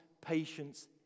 patience